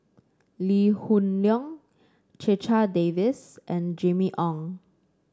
Lee Hoon Leong Checha Davies and Jimmy Ong